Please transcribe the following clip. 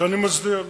שאני מצדיע לו.